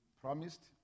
promised